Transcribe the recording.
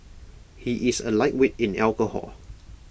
he is A lightweight in alcohol